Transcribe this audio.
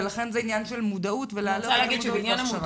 ולכן זה עניין של מודעות --- בעניין המודעות,